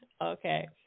Okay